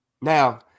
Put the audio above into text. Now